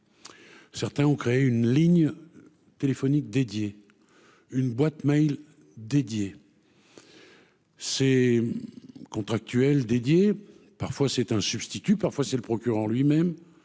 Certains ont créé une ligne téléphonique dédiée, une boîte Mail dédiée. C'est contractuel dédié, parfois c'est un substitut parfois, c'est le procureur lui-même